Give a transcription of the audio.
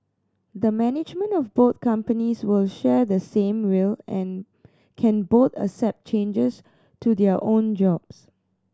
the management of both companies will share the same will and can both accept changes to their own jobs